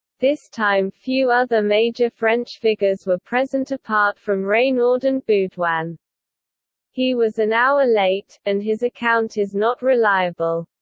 this time few other major french figures were present apart from reynaud and baudoin. he was an hour late, and his account is not reliable.